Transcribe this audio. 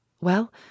Well